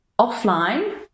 offline